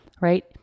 right